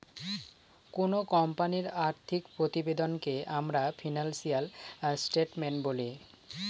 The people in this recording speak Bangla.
কোনো কোম্পানির আর্থিক প্রতিবেদনকে আমরা ফিনান্সিয়াল স্টেটমেন্ট বলি